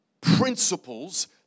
principles